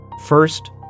First